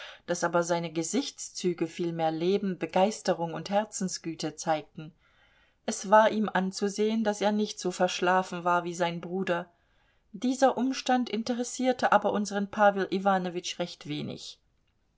daß aber seine gesichtszüge viel mehr leben begeisterung und herzensgüte zeigten es war ihm anzusehen daß er nicht so verschlafen war wie sein bruder dieser umstand interessierte aber unseren pawel iwanowitsch recht wenig